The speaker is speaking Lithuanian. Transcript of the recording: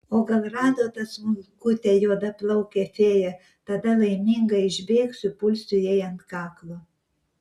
o gal rado tą smulkutę juodaplaukę fėją tada laiminga išbėgsiu pulsiu jai ant kaklo